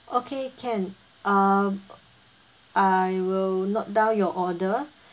okay can uh I will note down your order